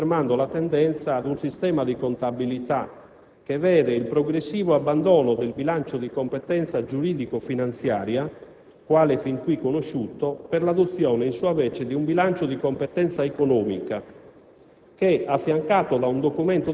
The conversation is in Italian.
Si va, infatti, gradualmente affermando la tendenza ad un sistema di contabilità che vede il progressivo abbandono del bilancio di competenza giuridico-finanziaria, quale fin qui conosciuto, per l'adozione in sua vece di un bilancio di competenza economica